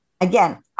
again